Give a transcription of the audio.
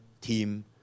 team